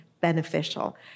beneficial